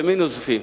במי נוזפים?